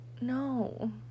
no